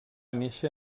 néixer